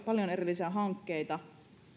paljon erilaisia hankkeita